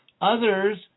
Others